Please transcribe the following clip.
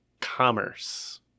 Commerce